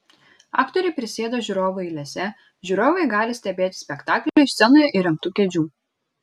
aktoriai prisėda žiūrovų eilėse žiūrovai gali stebėti spektaklį iš scenoje įrengtų kėdžių